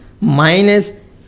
Minus